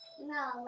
No